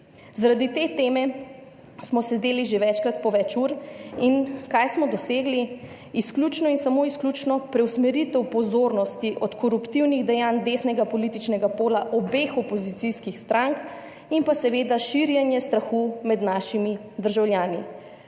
Zaradi te teme smo sedeli že večkrat po več ur in kaj smo dosegli? Izključno in samo izključno preusmeritev pozornosti od koruptivnih dejanj desnega političnega pola obeh opozicijskih strank in pa seveda širjenje strahu med našimi državljani.